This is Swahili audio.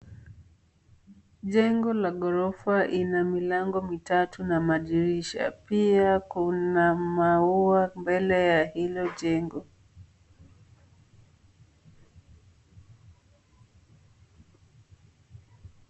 Jengo la gorofa ina milango mitatu na madirisha, pia kuna maua mbele ya hilo jengo.